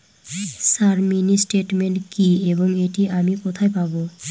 Sir mini statement কি এবং এটি আমি কোথায় পাবো?